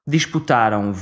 Disputaram